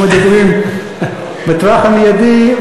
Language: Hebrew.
אנחנו מדברים בטווח המיידי.